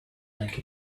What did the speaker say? make